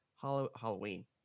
Halloween